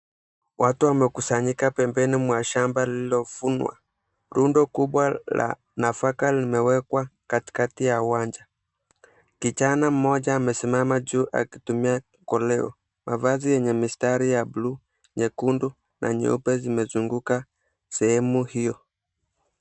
Watu wamekusanyika paembeni mwa shamba lililovunwa. Rundo kubwa la nafaka limewekwa katikati ya uwanja. Kijana mmoja amesimama juu akitumia koleo. Mavazi yenye mistari bluu, nyekundu na nyeupe zimezunguka sehemu hiyo.